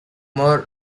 more